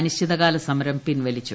അനിശ്ചിതകാല സമരം പിൻവലിച്ചു